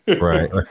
Right